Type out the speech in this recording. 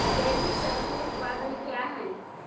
जैविक सब्जी उत्पादन क्या हैं?